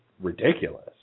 ridiculous